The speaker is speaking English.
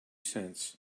cents